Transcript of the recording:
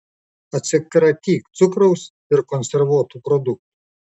atsikratyk cukraus ir konservuotų produktų